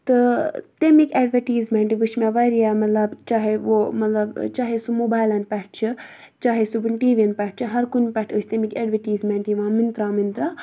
تہٕ تَمیِکۍ اٮ۪ڈؤٹیٖزمٮ۪نٛٹ وٕچھۍ مےٚ واریاہ مطلب چاہے وہ مطلب چاہے سُہ موبایلَن پٮ۪ٹھ چھِ چاہے سُہ وٕنۍ ٹی وی یَن پٮ۪ٹھ چھِ ہر کُنہِ پٮ۪ٹھ ٲسۍ تَمِکۍ اٮ۪ڈؤٹیٖزمٮ۪نٛٹ یِوان مِنترٛا منترٛا